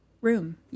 room